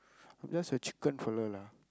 I'm just a chicken fella lah